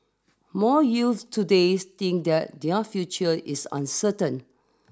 more youths today think that their future is uncertain